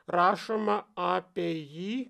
rašoma apie jį